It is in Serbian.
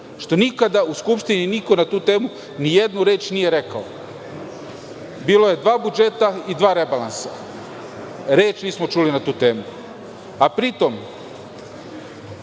što nikada u Skupštini niko na tu temu nijednu reč nije rekao. Bilo je dva budžeta i dva rebalansa, a reč nismo čuli na tu temu. Pri